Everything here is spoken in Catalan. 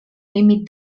límit